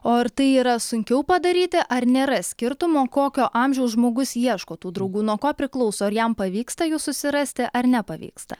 o ar tai yra sunkiau padaryti ar nėra skirtumo kokio amžiaus žmogus ieško tų draugų nuo ko priklauso ar jam pavyksta jų susirasti ar nepavyksta